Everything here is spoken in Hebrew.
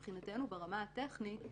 ברמה הטכנית,